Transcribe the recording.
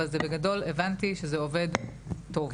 אבל בגדול הבנתי שזה עובד טוב,